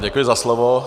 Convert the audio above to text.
Děkuji za slovo.